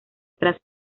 tras